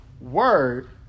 word